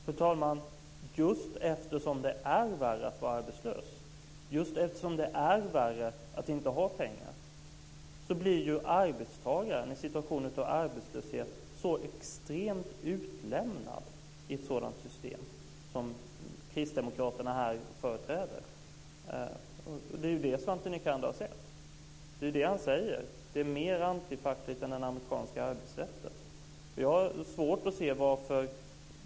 Fru talman! Just eftersom det är värre att vara arbetslös, just eftersom det är värre att inte ha pengar, blir ju arbetstagaren i en situation av arbetslöshet så extremt utlämnad i ett sådant system som Kristdemokraterna här förespråkar. Det är ju det Svante Nycander har sett. Det är det han säger: Det är mer antifackligt än den amerikanska arbetsrätten.